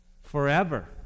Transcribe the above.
Forever